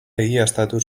egiaztatu